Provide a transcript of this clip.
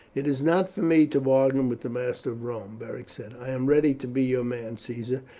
it is not for me to bargain with the master of rome, beric said. i am ready to be your man, caesar,